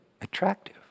attractive